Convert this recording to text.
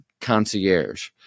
Concierge